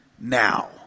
now